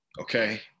Okay